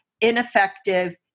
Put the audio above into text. ineffective